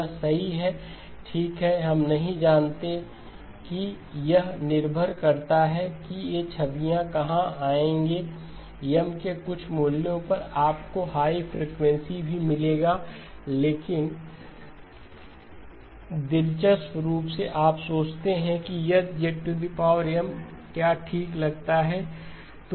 यह सही है ठीक है हम नहीं जानते कि यह निर्भर करता है कि ये छवियाँ कहां आएंगे M के कुछ मूल्यों पर आपको हाई फ्रीक्वेंसी भी मिलेगा लेकिन दिलचस्प रूप से आप सोचते हैं कि H क्या ठीक लगता है